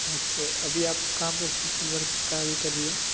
अच्छा तो अभी आप कहाँ पर सोशल वर्क कार्य कर रही है